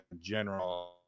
general